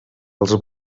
als